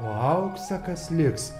o auksą kas liks